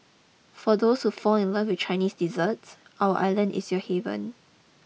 for those who fall in love with Chinese dessert our island is your heaven